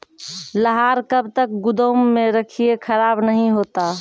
लहार कब तक गुदाम मे रखिए खराब नहीं होता?